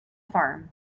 farm